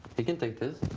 he can take this.